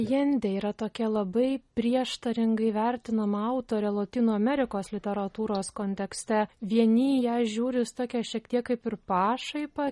jende yra tokia labai prieštaringai vertinama autorė lotynų amerikos literatūros kontekste vieni į ją žiūri su tokia šiek tiek kaip ir pašaipa